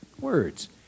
Words